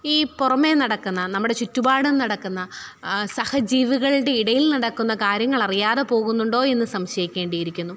ഈ പുറമേ നടക്കുന്ന നമ്മുടെ ചുറ്റുപാടും നടക്കുന്ന സഹജീവികളുടെ ഇടയിൽ നടക്കുന്ന കാര്യങ്ങൾ അറിയാതെ പോകുന്നുണ്ടോ എന്ന് സംശയിക്കേണ്ടിയിരിക്കുന്നു